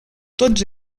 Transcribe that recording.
tots